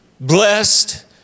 blessed